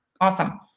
Awesome